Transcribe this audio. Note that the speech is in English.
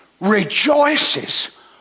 rejoices